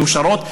מאושרות,